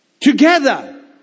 together